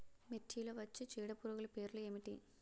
మిర్చిలో వచ్చే చీడపురుగులు పేర్లు ఏమిటి?